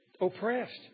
oppressed